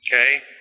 Okay